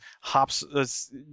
hops